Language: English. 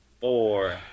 four